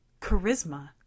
charisma